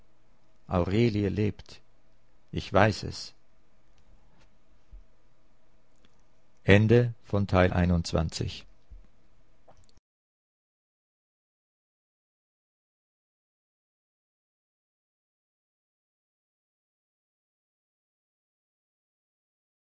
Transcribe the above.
aurelie lebt ich weiß es